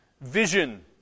vision